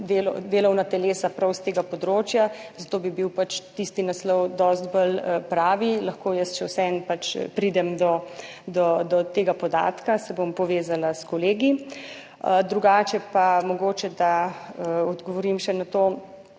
delovna telesa prav s tega področja, zato bi bil tisti naslov dosti bolj pravi. Lahko še vseeno pridem do tega podatka, se bom povezala s kolegi. Drugače pa mogoče odgovorim še na to